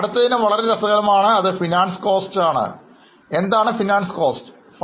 അടുത്ത ഇനം വളരെ രസകരമാണ് ഇതിനെ ഫിനാൻസ് കോസ്റ്റ് എന്ന് വിളിക്കുന്നു ഇപ്പോൾ ഫിനാൻസ് കോസ്റ്റ് എന്നാൽ എന്താണ്